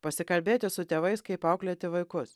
pasikalbėti su tėvais kaip auklėti vaikus